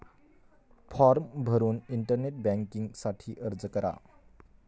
form भरून internet banking साठी अर्ज करा